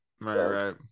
Right